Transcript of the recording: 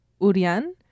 Urian